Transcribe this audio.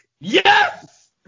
Yes